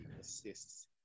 assists